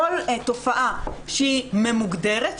כל תופעה שהיא ממוגדרת,